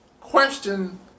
question